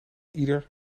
ieder